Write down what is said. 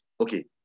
Okay